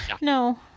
no